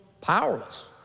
powerless